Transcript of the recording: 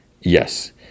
Yes